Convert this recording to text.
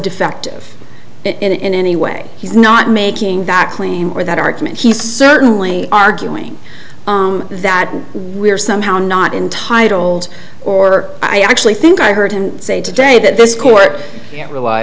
defective in any way he's not made king that claim or that argument he's certainly arguing that we're somehow not entitled or i actually think i heard him say today that this court